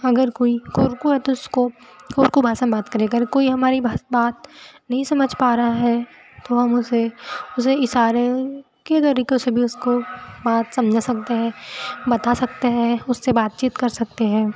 अगर कोई कोरकू है तो उसको कोरकू भाषा में बात करें अगर कोई हमारी बात नहीं समझ पा रहा है तो हम उसे उसे इसारे के तरीके से भी उसको बात समझा सकते है बता सकते है उससे बातचीत कर सकते है